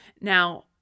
Now